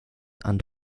and